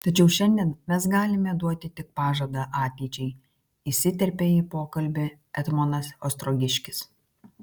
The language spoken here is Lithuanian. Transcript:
tačiau šiandien mes galime duoti tik pažadą ateičiai įsiterpė į pokalbį etmonas ostrogiškis